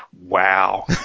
Wow